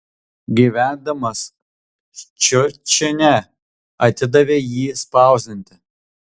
gyvendamas ščiučine atidavė jį spausdinti